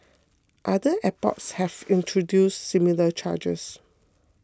other airports have introduced similar charges